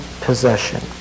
possession